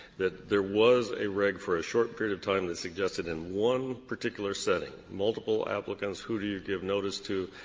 that there was a reg for a short period of time that suggested in one particular setting, multiple applicants, who do you give notice to?